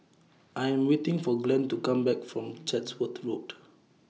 I Am waiting For Glenn to Come Back from Chatsworth Road